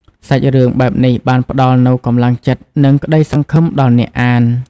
សាច់រឿងបែបនេះបានផ្ដល់នូវកម្លាំងចិត្ត និងក្តីសង្ឃឹមដល់អ្នកអាន។